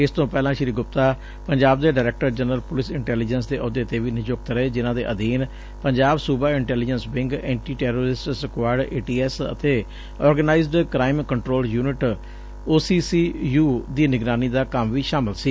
ਇਸ ਤੋਂ ਪਹਿਲਾਂ ਸ੍ਰੀ ਗੁਪਤਾ ਪੰਜਾਬ ਦੇ ਡਾਾਇਰੈਕਟਰ ਜਨਰਲ ਪੁਲਿਸ ਇੰਟੈਲੀਜੈਂਸ ਦੇ ਅਹੁਦੇ ਤੇ ਵੀ ਨਿਯੁਕਤ ਰਹੇ ਜਿਨਾਂ ਦੇ ਅਧੀਨ ਪੰਜਾਬ ਸੁਬਾ intelligence wing anti terrorist squad A T S ਅਤੇ organised crime control unit O C C U ਦੀ ਨਿਗਰਾਨੀ ਦਾ ਕੰਮ ਵੀ ਸ਼ਾਮਲ ਸੀ